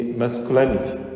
masculinity